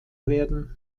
werden